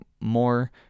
more